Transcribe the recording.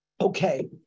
Okay